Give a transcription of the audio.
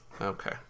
okay